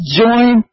join